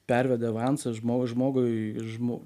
pervedi avansą žmo žmogui žmo